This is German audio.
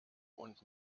und